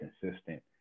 consistent